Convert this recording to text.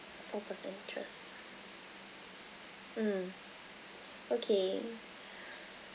focus interest mm okay